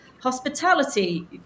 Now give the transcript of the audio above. hospitality